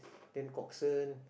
then